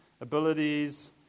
abilities